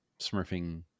smurfing